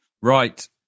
right